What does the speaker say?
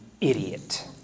idiot